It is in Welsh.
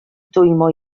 dwymo